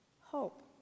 Hope